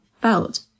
felt